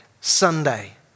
Sunday